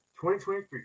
2023